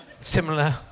similar